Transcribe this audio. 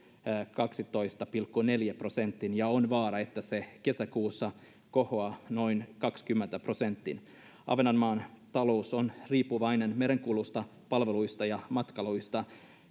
kahteentoista pilkku neljään prosenttiin ja on vaarana että se kesäkuussa kohoaa noin kahteenkymmeneen prosenttiin ahvenanmaan talous on riippuvainen merenkulusta palveluista ja matkailusta